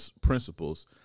principles